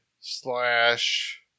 slash